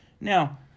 Now